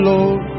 Lord